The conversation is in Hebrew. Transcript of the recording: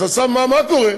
אז עכשיו מה קורה?